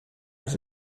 was